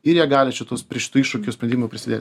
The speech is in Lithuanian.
ir jie gali šitus prie šitų iššūkių sprendimų prisidėti